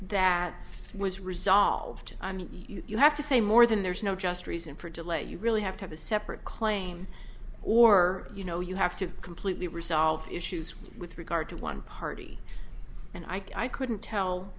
that was resolved i mean you have to say more than there's no just reason for delay you really have to have a separate claim or you know you have to completely resolve issues with regard to one party and i couldn't tell